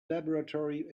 laboratory